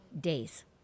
Days